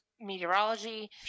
meteorology